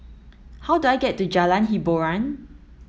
how do I get to Jalan Hiboran